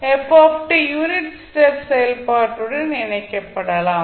f unit step செயல்பாட்டுடன் இணைக்கப்படலாம்